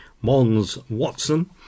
Mons-Watson